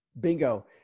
Bingo